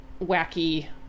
Wacky